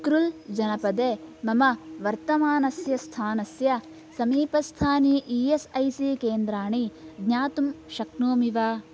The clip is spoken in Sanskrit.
उख्रुल् जनपदे मम वर्तमानस्य स्थानस्य समीपस्थानि ई एस् आई सी केन्द्राणि ज्ञातुं शक्नोमि वा